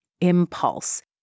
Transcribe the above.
impulse